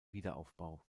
wiederaufbau